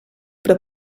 però